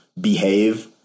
behave